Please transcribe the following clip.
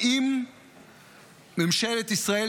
האם ממשלת ישראל,